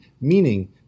meaning